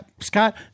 Scott